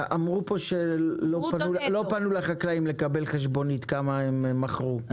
אמרו פה שלא פנו לחקלאים לקבל חשבונית כמה הם מכרו,